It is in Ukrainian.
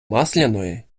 масляної